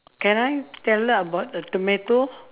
can I tell her about the tomato